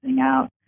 out